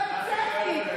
לא המצאתי.